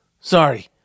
Sorry